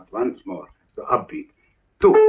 once more. the upbeat two!